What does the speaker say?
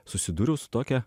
susidūriau su tokia